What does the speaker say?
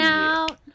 out